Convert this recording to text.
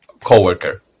co-worker